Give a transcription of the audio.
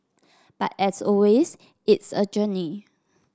but as always it's a journey